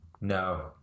no